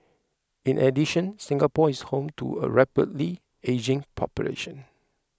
in addition Singapore is home to a rapidly ageing population